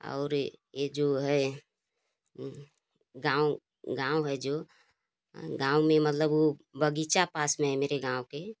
और ये जो है गाँव गाँव है जो गाँव में मतलब बगीचा पास में है मेरे गाँव के